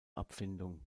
abfindung